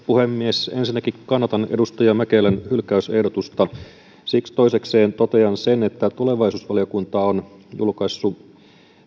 puhemies ensinnäkin kannatan edustaja mäkelän hylkäysehdotusta siksi toisekseen totean sen että tulevaisuusvaliokunta on julkaissut